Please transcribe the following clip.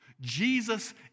Jesus